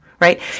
Right